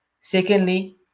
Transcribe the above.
Secondly